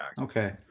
okay